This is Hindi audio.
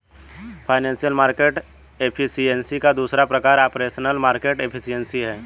फाइनेंशियल मार्केट एफिशिएंसी का दूसरा प्रकार ऑपरेशनल मार्केट एफिशिएंसी है